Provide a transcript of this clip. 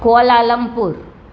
Cola Lumpur